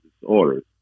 disorders